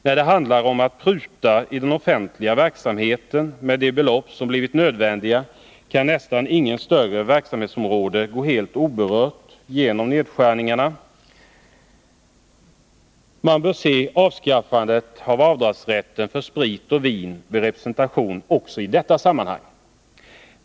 När det handlar om att pruta i den offentliga verksamheten med de belopp som blivit nödvändiga kan nästan inget större verksamhetsområde gå helt oberört genom nedskärningarna. Man bör se avskaffandet av avdragsrätten för sprit och vin vid represen Nr 53 tation också i detta sammanhang.